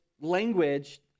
language